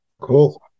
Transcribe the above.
cool